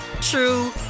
true